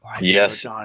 Yes